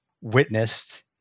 witnessed